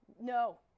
No